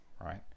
right